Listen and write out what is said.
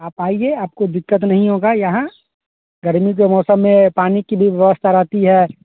आप आइए आपको दिक्कत नहीं होगा यहाँ गरमी के मौसम में पानी की भी व्यवस्था रहती है